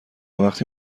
وقتی